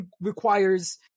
requires